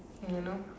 don't know